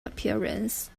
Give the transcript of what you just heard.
appearance